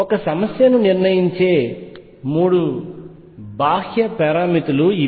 ఒక సమస్యను నిర్ణయించే 3 బాహ్య పారామితులు ఇవి